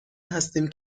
هستیم